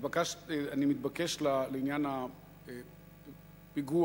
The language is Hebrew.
אני מתבקש לעניין הפיגוע,